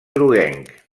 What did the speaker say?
groguenc